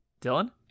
Dylan